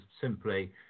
simply